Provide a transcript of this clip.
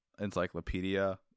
encyclopedia